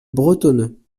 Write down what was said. bretonneux